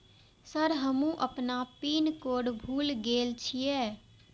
Sir हमू अपना PIN code भूल गेल जीये?